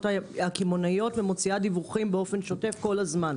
הקמעונאיות ומוציאה דיווחים באופן שוטף כל הזמן.